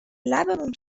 لبمون